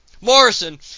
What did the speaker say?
Morrison